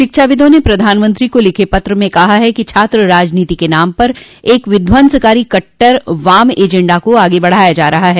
शिक्षाविदों ने प्रधानमंत्री को लिखे पत्र में कहा है कि छात्र राजनीति के नाम पर एक विध्वंसकारी कट्टर वाम एजेंडा को आगे बढ़ाया जा रहा है